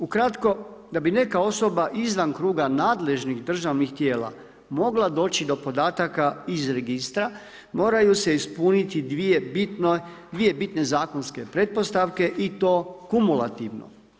Ukratko, da bi neka osoba izvan kruga nadležnih državnih tijela mogla doći do podataka iz registra, moraju se ispuniti dvije bitne zakonske pretpostavke i to kumulativno.